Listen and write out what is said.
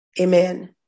Amen